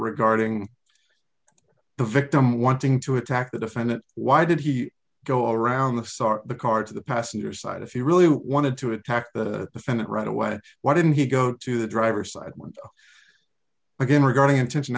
regarding the victim wanting to attack the defendant why did he go around the sorry the card to the passenger side if he really wanted to attack the defendant right away why didn't he go to the driver side again regarding intention